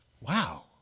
wow